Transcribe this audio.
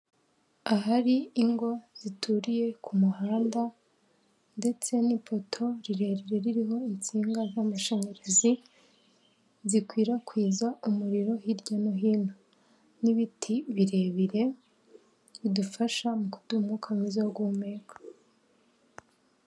Ahari ingo zituriye ku muhanda ndetse n'ipoto rirerire ririho insinga z'amashanyarazi zikwirakwiza umuriro hirya no hino n'ibiti birebire bidufasha mu kuduha umwuka mwiza duhumeka.